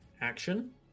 action